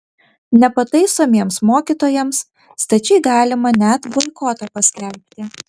nepataisomiems mokytojams stačiai galima net boikotą paskelbti